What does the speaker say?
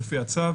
לפי הצו,